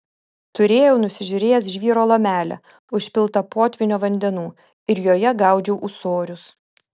turėjau nusižiūrėjęs žvyro lomelę užpiltą potvynio vandenų ir joje gaudžiau ūsorius